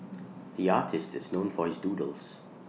the artist is known for his doodles